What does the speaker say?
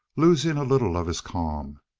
losing a little of his calm.